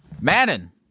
Madden